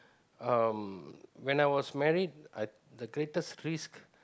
um when I was married I'm the greatest risk